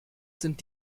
sind